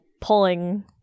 pulling